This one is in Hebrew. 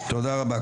תודה רבה,